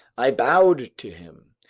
i bowed to him.